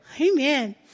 Amen